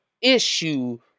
issue